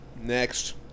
Next